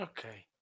Okay